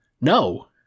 No